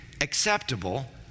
acceptable